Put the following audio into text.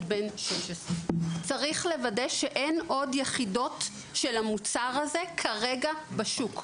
בן 16. צריך לוודא שאין עוד יחידות של המוצר הזה כרגע בשוק.